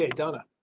donna